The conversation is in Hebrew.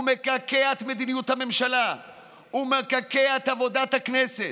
מקעקע את מדיניות הממשלה ומקעקע את עבודת הכנסת,